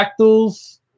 fractals